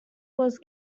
was